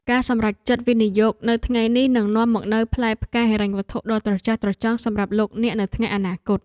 ការសម្រេចចិត្តវិនិយោគនៅថ្ងៃនេះនឹងនាំមកនូវផ្លែផ្កាហិរញ្ញវត្ថុដ៏ត្រចះត្រចង់សម្រាប់លោកអ្នកនៅថ្ងៃអនាគត។